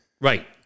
Right